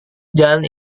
jalan